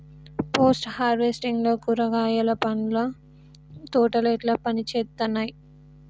Post harvesting లో కూరగాయలు పండ్ల తోటలు ఎట్లా పనిచేత్తనయ్?